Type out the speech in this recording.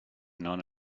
non